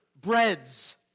breads